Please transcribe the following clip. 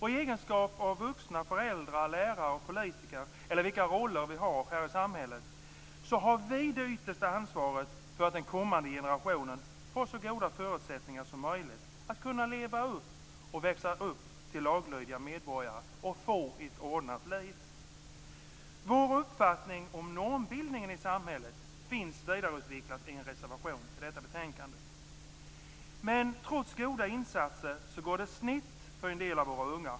I egenskap av vuxna - föräldrar, lärare, politiker eller vilka roller vi än har här i samhället - har vi det yttersta ansvaret för att den kommande generationen får så goda förutsättningar som möjligt att växa upp till laglydiga medborgare och få ett ordnat liv. Vår uppfattning om normbildningen i samhället finns vidareutvecklad i en reservation till detta betänkande. Trots goda insatser går det snett för en del av våra unga.